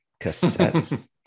cassettes